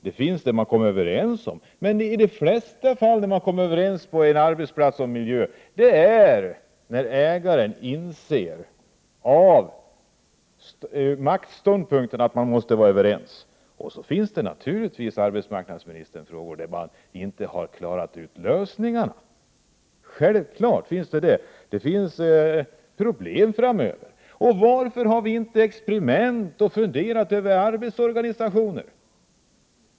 Det finns sådant som man är överens om, men i de flesta fall där man kommit överens om miljön på en arbetsplats har ägaren av maktskäl insett att man måste vara överens. Dessutom finns naturligtvis, arbetsmarknadsministern, frågor som man inte har klarat att lösa. Självfallet finns det problem att ta ställning till framöver. Varför förekommer det inte mera av experiment och funderingar över arbetsorganisationen?